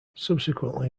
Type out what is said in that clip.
subsequently